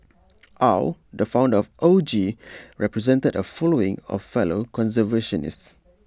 aw the founder of O G represented A following of fellow conservationists